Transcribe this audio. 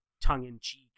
tongue-in-cheek